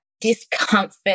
discomfort